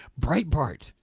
Breitbart